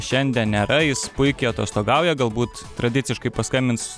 šiandien nėra jis puikiai atostogauja galbūt tradiciškai paskambins